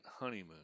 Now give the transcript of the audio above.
honeymoon